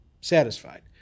satisfied